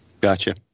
Gotcha